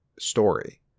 story